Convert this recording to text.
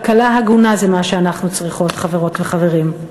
כלכלה הגונה זה מה שאנחנו צריכות, חברות וחברים.